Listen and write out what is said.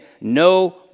no